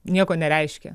nieko nereiškia